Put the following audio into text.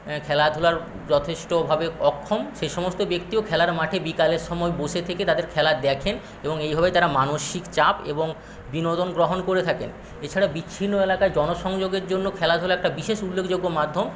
খেলাধুলার যথেষ্টভাবে অক্ষম সেই সমস্ত ব্যক্তিও খেলার মাঠে বিকালের সময় বসে থেকে তাদের খেলা দেখেন এবং এইভাবে তারা মানসিক চাপ এবং বিনোদন গ্রহণ করে থাকেন এছাড়া বিচ্ছিন্ন এলাকায় জনসংযোগের জন্য খেলাধুলা একটা বিশেষ উল্লেখযোগ্য মাধ্যম